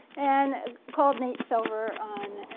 and called nate silver on.